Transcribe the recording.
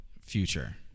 future